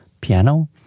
piano